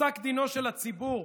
מפסק דינו של הציבור,